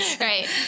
Right